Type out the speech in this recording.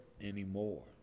anymore